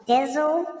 Dizzle